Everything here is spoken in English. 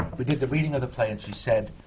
but did the reading of the play, and she said,